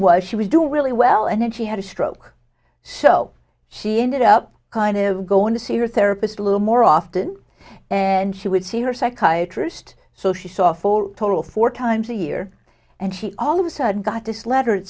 was she was doing really well and then she had a stroke so she ended up kind of going to see her therapist a little more often and she would see her psychiatrist so she saw four total four times a year and she all of a sudden got this letter